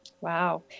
Wow